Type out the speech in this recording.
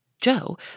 Joe